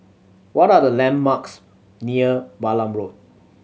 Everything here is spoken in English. what are the landmarks near Balam Road